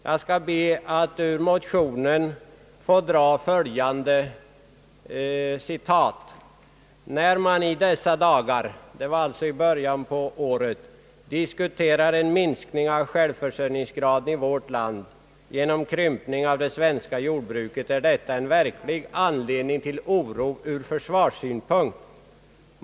Jag skall be att ur motionen få citera följande: »När man i dessa dagar» — det var alltså i början på året — »diskuterar en minskning av självförsörjningsgra den i vårt land genom krympning av det svenska jordbruket, är detta en verklig anledning till oro ur försvarssynpunkt.